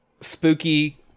spooky